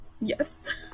Yes